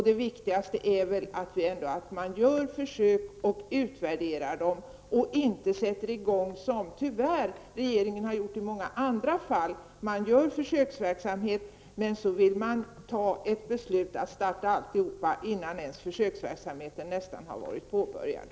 Det viktigaste är ändå att det görs försök och att de utvärderas så att man inte beslutar att sätta i gång innan försöksverksamheten ens knappt är påbörjad, som regeringen tyvärr har gjort i många andra fall.